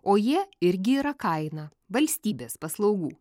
o jie irgi yra kaina valstybės paslaugų